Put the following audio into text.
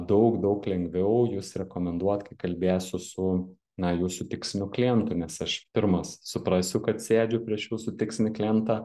daug daug lengviau jus rekomenduot kai kalbėsiu su na jūsų tiksliu klientu nes aš pirmas suprasiu kad sėdžiu prieš jūsų tikslinį klientą